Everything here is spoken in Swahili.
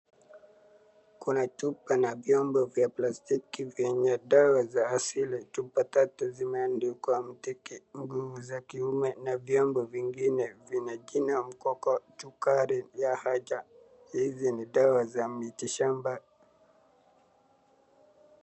Kuna chupa na vyombo vya plastiki vyenye dawa za asili chupa tatu zimeandikwa Mtiki, nguvu za kiume na vyombo vingine vina jina Mkoko chukari ya haja. Hizi ni dawa za miti shamba .